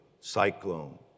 cyclone